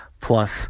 plus